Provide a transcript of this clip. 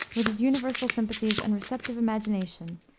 with his universal sympathies and receptive imagination,